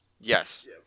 Yes